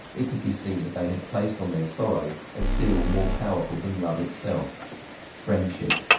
it could be seen that they had placed on their sorrow a seal more powerful than love itself friendship.